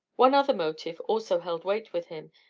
one other motive also held weight with him,